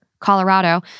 Colorado